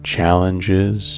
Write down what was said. Challenges